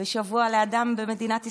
בשבוע לאדם במדינת ישראל?